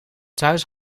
thuis